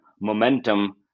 momentum